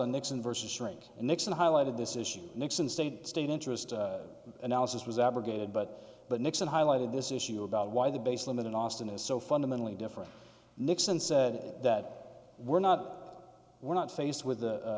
on nixon versus shrink and nixon highlighted this issue nixon state state interest analysis was abrogated but but nixon highlighted this issue about why the base limit in austin is so fundamentally different nixon said that we're not we're not